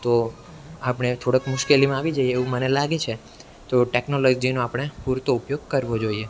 તો આપણે થોડાક મુશ્કેલીમાં આવી જઈએ એવું મને લાગે છે તો ટેકનોલોજીનો આપણે પૂરતો ઉપયોગ કરવો જોઈએ